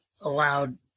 allowed